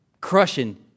crushing